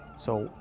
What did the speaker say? so,